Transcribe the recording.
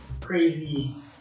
crazy